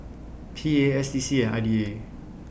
P A S D C and I D A